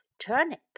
turnip